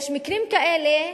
יש מקרים כאלה,